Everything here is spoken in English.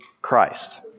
Christ